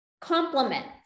compliments